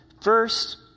First